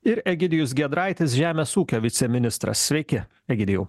ir egidijus giedraitis žemės ūkio viceministras sveiki egidijau